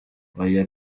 oya